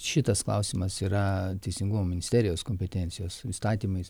šitas klausimas yra teisingumo ministerijos kompetencijos įstatymais